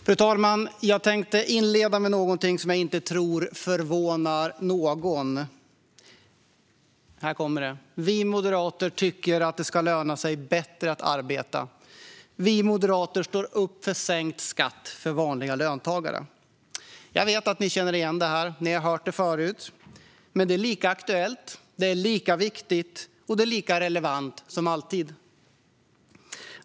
Fru talman! Jag tänkte inleda med något som jag inte tror förvånar någon. Här kommer det: Vi moderater tycker att det ska löna sig bättre att arbeta! Vi moderater står upp för sänkt skatt för vanliga löntagare! Jag vet att ni känner igen det här. Ni har hört det förut. Men det är lika aktuellt, lika viktigt och lika relevant som alltid.